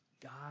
God